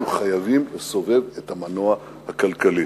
אנחנו חייבים לסובב את המנוע הכלכלי.